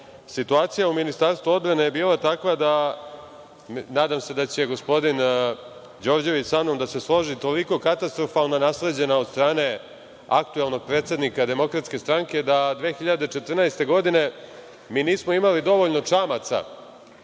izmešao. Situacija u Ministarstvu odbrane je bila takva da, nadam se da će gospodin Đorđević samnom da se složi, toliko katastrofalno nasleđena od strane aktuelnog predsednika DS, da 2014. godine mi nismo imali dovoljno čamaca,